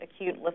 acute